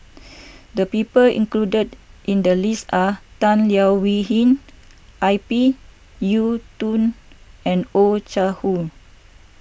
the people included in the list are Tan Leo Wee Hin I p Yiu Tung and Oh Chai Hoo